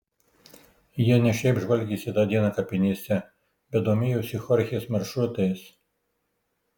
jie ne šiaip žvalgėsi tą dieną kapinėse bet domėjosi chorchės maršrutais